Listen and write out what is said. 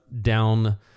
down